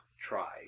try